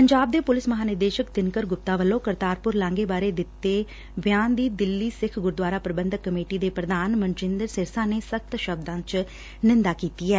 ਪੰਜਾਬ ਦੇ ਪੁਲਿਸ ਮਹਾਨਿਦੇਸ਼ਕ ਦਿਨਕਰ ਗੁਪਤਾ ਵੱਲੋ ਕਰਤਾਰਪੁਰ ਲਾਂਘੇ ਬਾਰੇ ਦਿੱਤੇ ਬਿਆਨ ਦੀ ਦਿੱਲੀ ਸਿੱਖ ਗੁਰਦੁਆਰਾ ਪ੍ਰੰਬਧਕ ਕਮੇਟੀ ਦੇ ਪ੍ਰਧਾਨ ਮਨਜੰਦਰ ਸਿਰਸਾ ਨੇ ਸਖਤ ਸ਼ਬਦਾਂ 'ਚ ਨੰਦਾ ਕੀਤੀ ਐ